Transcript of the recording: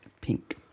Pink